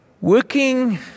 Working